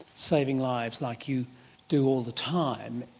saving lives like you do all the time,